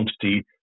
quantity